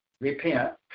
repent